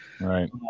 Right